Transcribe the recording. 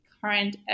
current